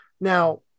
Now